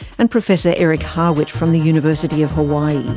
and professor eric harwit from the university of hawaii.